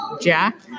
Jack